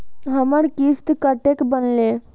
हमर किस्त कतैक बनले?